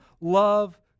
love